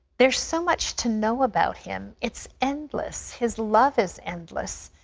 there's so much to know about him. it's endless. his love is endless.